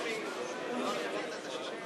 חברי הכנסת,